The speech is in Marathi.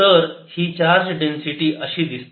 तर ही चार्ज डेन्सिटी अशी दिसते